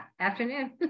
afternoon